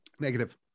Negative